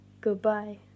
goodbye